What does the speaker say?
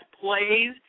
plays